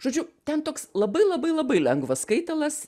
žodžiu ten toks labai labai labai lengvas skaitalas